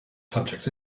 subjects